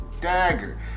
dagger